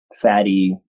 fatty